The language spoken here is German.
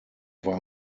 war